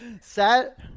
Set